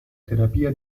terapia